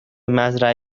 مزرعه